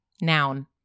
Noun